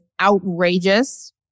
outrageous